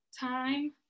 time